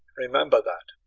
remember that!